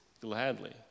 gladly